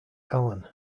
allen